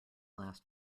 last